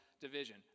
division